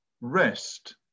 Rest